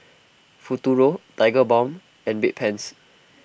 Futuro Tigerbalm and Bedpans